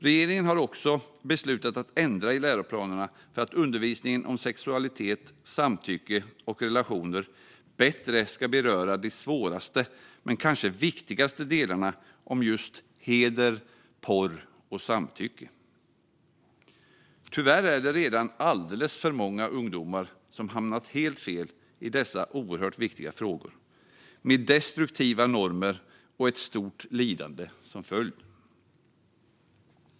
Regeringen har också beslutat att ändra i läroplanerna för att undervisningen om sexualitet, samtycke och relationer bättre ska beröra de svåraste men kanske viktigaste delarna om just heder, porr och samtycke. Tyvärr är det redan alldeles för många ungdomar som hamnat helt fel i dessa oerhört viktiga frågor, med destruktiva normer och ett stort lidande som följd.